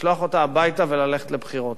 לשלוח אותה הביתה וללכת לבחירות.